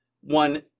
One